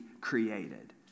created